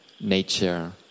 nature